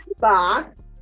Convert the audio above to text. Box